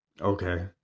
Okay